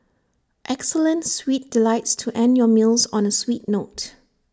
excellent sweet delights to end your meals on A sweet note